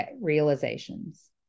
realizations